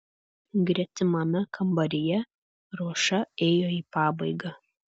gretimame kambaryje ruoša ėjo į pabaigą